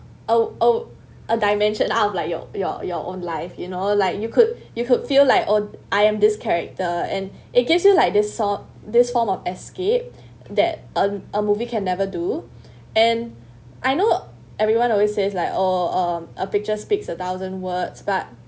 oh oh a dimension out of your your own life you know like you could you could feel like oh I am this character and it gives you like this sort this form of escape that a a movie can never do and I know everyone always says like oh um a picture speaks a thousand words but